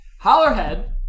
Hollerhead